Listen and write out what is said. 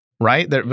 Right